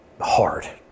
hard